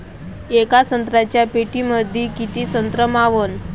येका संत्र्याच्या पेटीमंदी किती संत्र मावन?